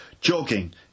jogging